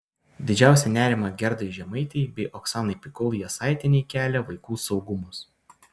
didžiausią nerimą gerdai žemaitei bei oksanai pikul jasaitienei kelia vaikų saugumas